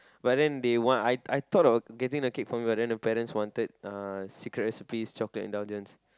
but then they want I I thought of getting the cake from the then the parents wanted uh Secret Recipe's chocolate indulgence